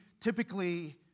typically